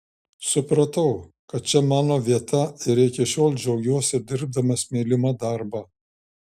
supratau kad čia mano vieta ir iki šiol džiaugiuosi dirbdamas mylimą darbą